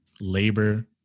labor